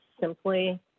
simply